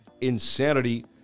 insanity